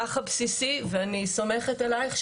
ככה בסיסי ואני סמוכת עלייך,